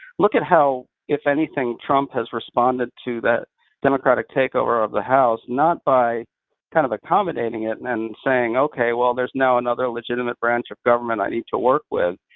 look at how, if anything, trump has responded to that democratic takeover of the house not by kind of accommodating it and and saying, okay, well there's now another legitimate branch of government i need to work with,